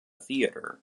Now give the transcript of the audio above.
theater